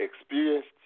experienced